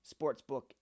sportsbook